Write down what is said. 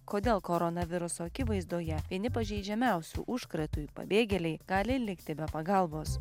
kodėl koronaviruso akivaizdoje vieni pažeidžiamiausių užkratui pabėgėliai gali likti be pagalbos